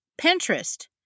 pinterest